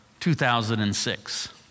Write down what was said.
2006